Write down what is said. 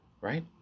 Right